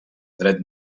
dret